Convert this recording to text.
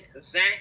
zach